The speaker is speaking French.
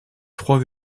trois